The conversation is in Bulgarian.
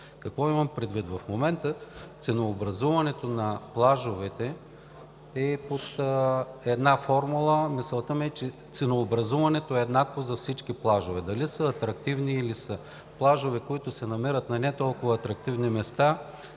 Какво имам предвид? В момента ценообразуването на плажовете е под една формула, мисълта ми е, че ценообразуването е еднакво за всички плажове. Дали са атрактивни или са плажове, които се намират на не толкова атрактивни места,